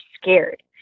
scared